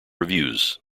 reviews